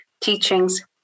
teachings